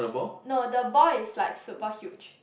no the ball is like super huge